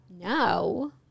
no